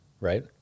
right